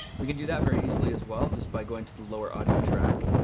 we can do that very easily as well just by going to the lower audio track.